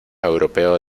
europeo